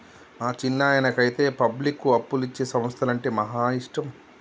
మా చిన్నాయనకైతే పబ్లిక్కు అప్పులిచ్చే సంస్థలంటే మహా ఇష్టం